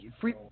free